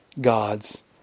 God's